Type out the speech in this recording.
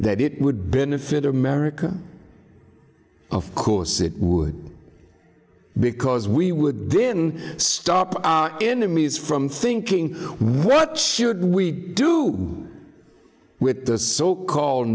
that it would benefit america of course it would because we would then stop enemies from thinking what should we do with the so called